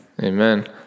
Amen